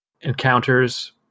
encounters